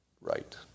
right